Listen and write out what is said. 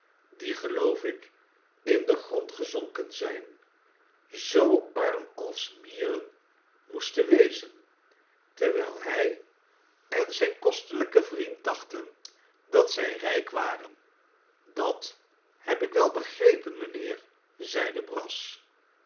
die geloof ik in den grond gezonken zijn zoo arm als mieren moesten wezen terwijl hij en zijn kostelijke vriend dachten dat zij rijk waren dat heb ik wel begrepen mijnheer zeide brass